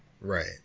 Right